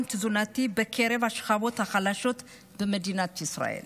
תזונתי בקרב השכבות החלשות במדינת ישראל.